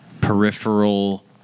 peripheral